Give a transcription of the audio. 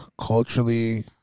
Culturally